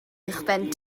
uwchben